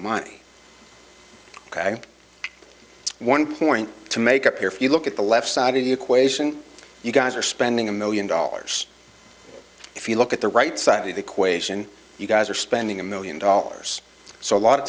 money one point to make up here for you look at the left side of the equation you guys are spending a million dollars if you look at the right side of the equation you guys are spending a million dollars so a lot of